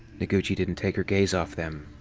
noguchi didn't take her gaze off them,